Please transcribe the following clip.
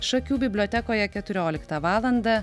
šakių bibliotekoje keturioliktą valandą